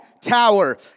tower